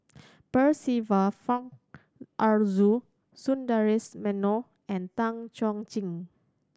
Percival Frank Aroozoo Sundaresh Menon and Tan Chuan Jin